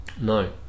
No